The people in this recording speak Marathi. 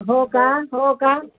हो का हो का